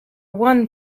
one